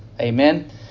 Amen